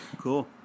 Cool